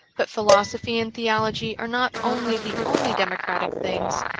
but philosophy and theology are not only the only democratic things,